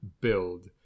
build